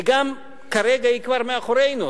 וגם כרגע היא כבר מאחורינו,